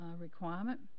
requirement